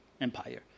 Empire